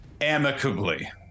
amicably